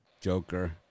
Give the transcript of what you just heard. Joker